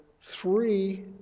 three